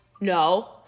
no